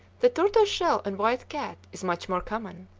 the tortoise-shell and white cat is much more common,